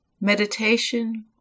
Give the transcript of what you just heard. meditation